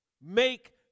make